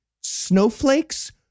snowflakes